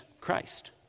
Christ